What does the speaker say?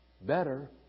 Better